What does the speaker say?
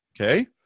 okay